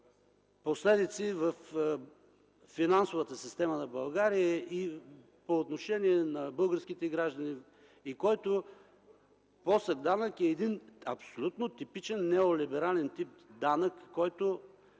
последици във финансовата система на България и по отношение на българските граждани, и който е един абсолютно типичен неолиберален тип данък, меко